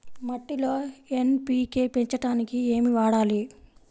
మట్టిలో ఎన్.పీ.కే పెంచడానికి ఏమి వాడాలి?